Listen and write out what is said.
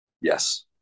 Yes